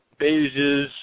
beiges